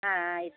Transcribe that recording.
ఇస్తాను